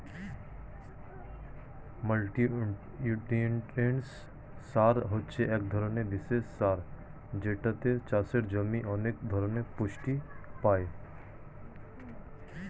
multinutrient সার হচ্ছে এক ধরণের বিশেষ সার যেটাতে চাষের জমি অনেক ধরণের পুষ্টি পায়